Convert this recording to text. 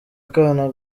akana